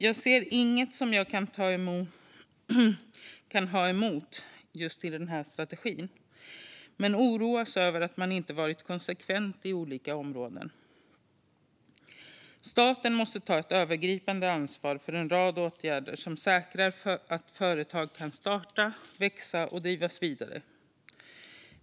Jag ser inget som jag kan ha något emot just i strategin, men jag oroas över att man inte har varit konsekvent på olika områden. Staten måste ta ett övergripande ansvar för en rad åtgärder som säkrar att företag kan startas, växa och drivas vidare.